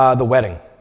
um the wedding.